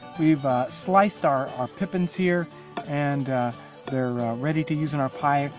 we've sliced our our pippins here and they're ready to use in our pie.